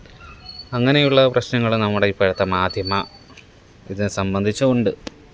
അങ്ങനെയുള്ള പ്രശ്നങ്ങള് നമ്മുടെ ഇപ്പഴത്തെ മാധ്യമ ഇത് സംബന്ധിച്ച് ഉണ്ട്